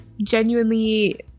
genuinely